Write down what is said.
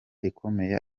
ikomeye